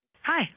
Hi